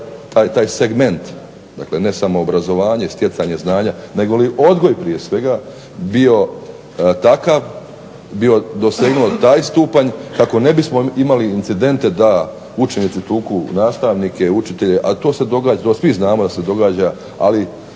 taj segment, ne samo obrazovanje i stjecanje znanja negoli odgoj prije svega bio takav, dosegnuo taj stupanj kako ne bismo imali incidente da učenici tuku nastavnike, učitelje, to svi znamo da se događa ali